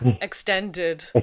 extended